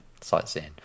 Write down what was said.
Sightseeing